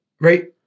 right